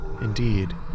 Indeed